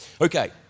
Okay